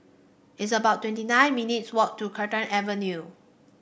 it's about twenty nine minutes' walk to Carlton Avenue